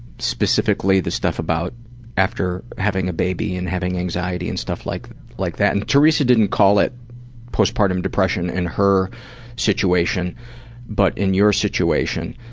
specifically the stuff about after having a baby and having anxiety and stuff like like that, and teresa didn't call it postpartum depression in her situation but in your situation,